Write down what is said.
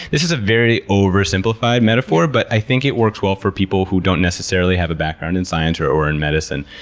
this is a very oversimplified metaphor, but i think it works well for people who don't necessarily have a background in science or or in medicine.